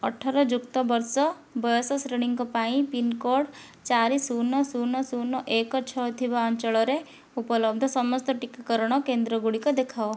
ଅଠର ଯୁକ୍ତ ବର୍ଷ ବୟସ ଶ୍ରେଣୀଙ୍କ ପାଇଁ ପିନ୍କୋଡ଼୍ ଚାରି ଶୂନ ଶୂନ ଶୂନ ଏକ ଛଅ ଥିବା ଅଞ୍ଚଳରେ ଉପଲବ୍ଧ ସମସ୍ତ ଟିକାକରଣ କେନ୍ଦ୍ର ଗୁଡ଼ିକ ଦେଖାଅ